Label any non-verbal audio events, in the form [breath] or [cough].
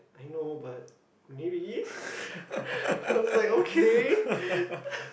I know but maybe [breath] i was like okay [breath]